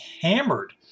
hammered